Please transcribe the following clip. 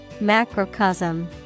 Macrocosm